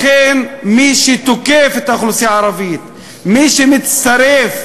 לכן, מי שתוקף את האוכלוסייה הערבית, מי שמצטרף